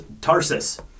Tarsus